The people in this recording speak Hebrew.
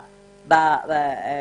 בשטח.